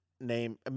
name –